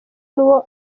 n’uwo